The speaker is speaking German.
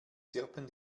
zirpen